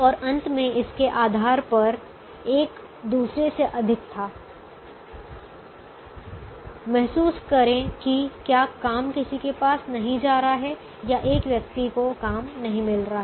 और अंत में इसके आधार पर एक दूसरे से अधिक था महसूस करे कि क्या काम किसी के पास नहीं जा रहा है या एक व्यक्ति को काम नहीं मिल रहा है